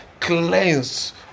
cleanse